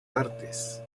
artes